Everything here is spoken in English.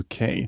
UK